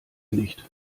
nicht